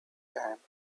time